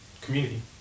community